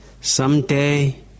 someday